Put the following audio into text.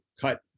cut